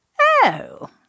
Oh